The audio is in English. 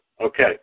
Okay